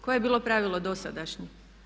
Koje je bilo pravilo dosadašnje?